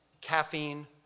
caffeine